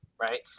right